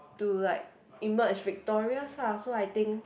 to like emerge victorious ah so I think